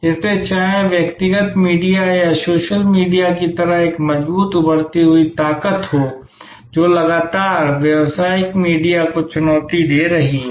इसलिए चाहे व्यक्तिगत मीडिया या सोशल मीडिया की तरह एक मजबूत उभरती हुई ताकत हो जो लगातार व्यावसायिक मीडिया को चुनौती दे रही हो